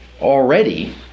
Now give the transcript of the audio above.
already